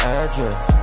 address